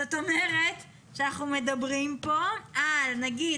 זאת אומרת שאנחנו מדברים פה על נגיד